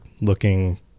looking